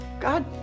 God